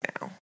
now